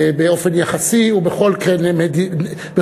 באופן יחסי ובכל קנה-מידה,